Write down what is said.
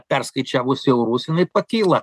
perskaičiavus į užsienį pakyla